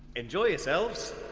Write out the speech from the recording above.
enjoy yourselves!